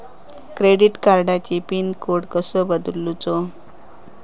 Credit कार्डची pin code कसो बदलुचा?